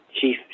chief